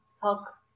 talk